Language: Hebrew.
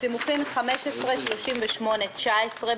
לכן בעינינו העובדה שעמותה שנויה במחלוקת היא לא סיבה לא לאשר אותה.